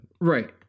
right